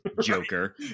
Joker